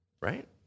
right